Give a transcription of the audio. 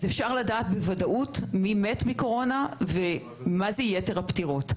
אפשר לדעת בוודאות מי מת מקורונה ומה זה יתר הפטירות.